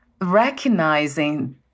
recognizing